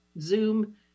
Zoom